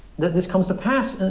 that this comes to pass?